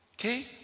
okay